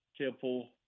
Temple